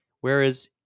Whereas